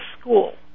school